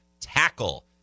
tackle